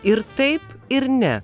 ir taip ir ne